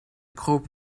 kroop